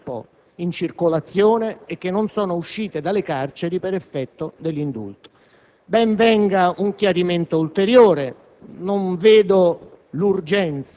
persone già da tempo in circolazione, che non sono uscite dalle carceri per effetto dell'indulto. Ben venga un chiarimento ulteriore,